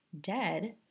dead